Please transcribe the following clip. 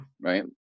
Right